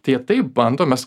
tai jie taip bando mes